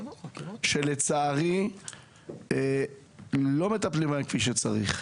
שלצערי לא מטפלים בהם כפי שצריך.